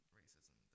racism